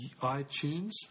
iTunes